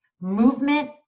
Movement